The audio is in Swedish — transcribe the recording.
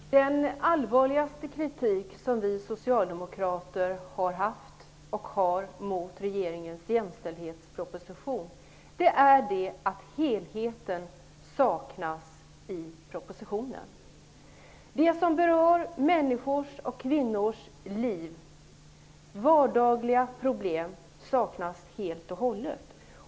Herr talman! Den allvarligaste kritik som vi socialdemokrater har mot regeringens jämställdhetsproposition är att helheten saknas. Det som berör människors och kvinnors liv, vardagliga problem, saknas helt och hållet.